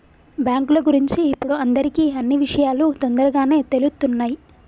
బ్యేంకుల గురించి ఇప్పుడు అందరికీ అన్నీ విషయాలూ తొందరగానే తెలుత్తున్నయ్